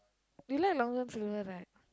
you like Long-John-Silvers right